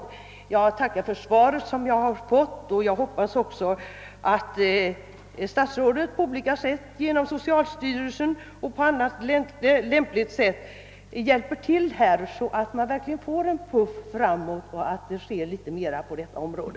Jag tackar än en gång för svaret som jag fått, och jag hoppas också att statsrådet genom socialstyrelsen och på annat lämpligt sätt hjälper till, så att det verkligen blir en puff framåt och sker litet mera på detta område.